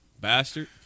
bastard